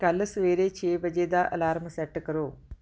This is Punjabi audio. ਕੱਲ੍ਹ ਸਵੇਰੇ ਛੇ ਵਜੇ ਦਾ ਅਲਾਰਮ ਸੈੱਟ ਕਰੋ